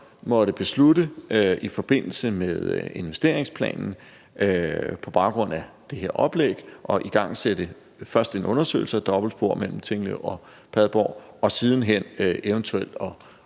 måtte beslutte i forbindelse med investeringsplanen på baggrund af det her oplæg at igangsætte først en undersøgelse af et dobbeltspor mellem Tinglev og Padborg og siden hen eventuelt at